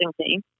team